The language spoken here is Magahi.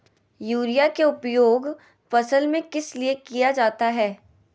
युरिया के उपयोग फसल में किस लिए किया जाता है?